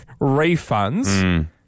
refunds